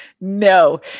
No